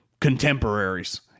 contemporaries